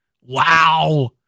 Wow